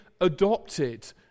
adopted